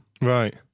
Right